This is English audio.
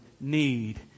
need